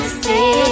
say